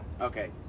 Okay